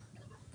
אמן.